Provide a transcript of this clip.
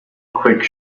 quick